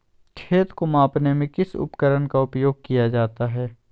खेत को मापने में किस उपकरण का उपयोग किया जाता है?